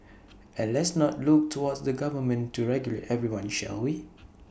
and let's not look towards the government to regulate everyone shall we